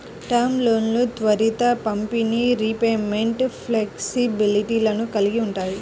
term లోన్లు త్వరిత పంపిణీ, రీపేమెంట్ ఫ్లెక్సిబిలిటీలను కలిగి ఉంటాయి